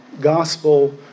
Gospel